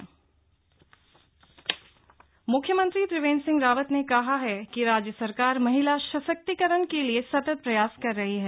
बेटी बचाओ बेटी पढाओ मुख्यमंत्री त्रिवेंद्र सिंह रावत ने कहा है कि राज्य सरकार महिला सशक्तिकरण के लिए सतत प्रयास कर रही है